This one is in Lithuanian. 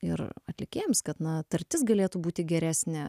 ir atlikėjams kad na tartis galėtų būti geresnė